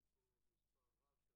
יש פה מספר רב של